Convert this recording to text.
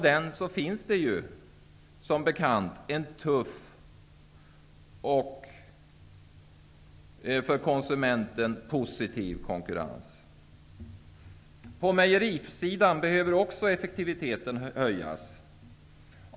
Där finns, som bekant, en tuff och för konsumenten positiv konkurrens. På mejerisidan behöver också effektiviteten höjas.